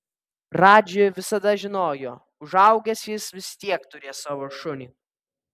radži visada žinojo užaugęs jis vis tiek turės savo šunį